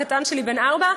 הקטן שלי בן ארבע,